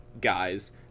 guys